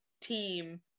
team